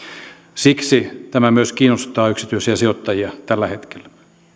siksi tämä myös kiinnostaa yksityisiä sijoittajia tällä hetkellä